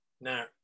Now